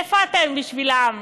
איפה אתם בשבילם?